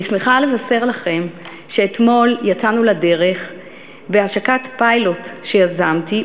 אני שמחה לבשר לכם שאתמול יצאנו לדרך בהשקת פיילוט שיזמתי,